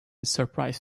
surprise